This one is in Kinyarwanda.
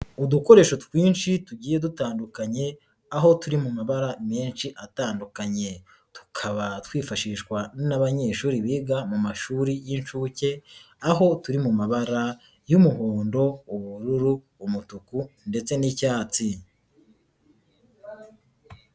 Udukoresho twinshi tugiye dutandukanye, aho turi mu mabara menshi atandukanye. Tukaba twifashishwa n'abanyeshuri biga mu mashuri y'inshuke, aho turi mu mabara y'umuhondo, ubururu, umutuku ndetse n'icyati.